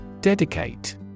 Dedicate